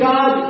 God